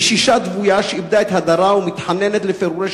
לישישה דוויה שאיבדה את הדרה ומתחננת לפירורי